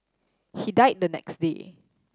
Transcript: he died the next day